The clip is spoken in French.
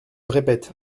répète